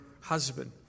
husband